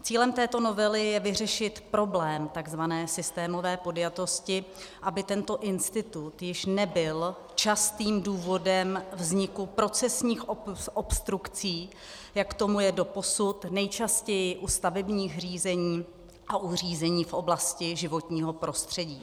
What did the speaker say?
Cílem této novely je vyřešit problém takzvané systémové podjatosti, aby tento institut již nebyl častým důvodem vzniku procesních obstrukcí, jak tomu je doposud, nejčastěji u stavebních řízení a u řízení v oblasti životního prostředí.